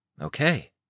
Okay